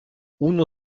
uno